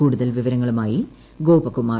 കൂടുതൽ വിവരങ്ങളുമായി ഗോപകുമാർ